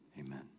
amen